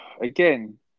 again